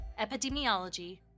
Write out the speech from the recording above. Epidemiology